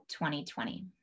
2020